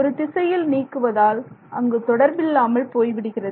ஒரு திசையில் நீக்குவதால் அங்கு தொடர்பில்லாமல் போய்விடுகிறது